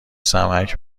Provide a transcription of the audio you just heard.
سمعک